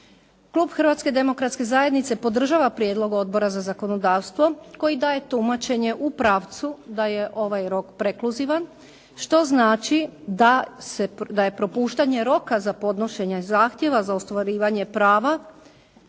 Klub Hrvatske demokratske zajednice podržava prijedlog Odbora za zakonodavstvo koji daje tumačenje u pravcu da je ovaj rok prekluzivan, što znači da je propuštanje roka za podnošenje zakona za ostvarivanje prava